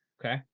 Okay